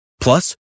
Plus